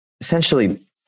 essentially